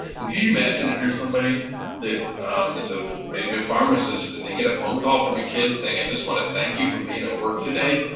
and can if you imagine if you're somebody that is a maybe a pharmacist and they get a phone call from a kid saying i just want to thank you for being at work today,